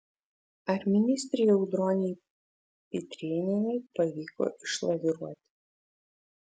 ar ministrei audronei pitrėnienei pavyko išlaviruoti